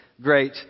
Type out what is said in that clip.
great